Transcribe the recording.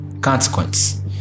Consequence